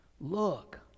Look